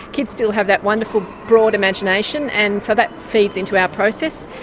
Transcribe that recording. kids still have that wonderful broad imagination and so that feeds in to our process.